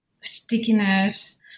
stickiness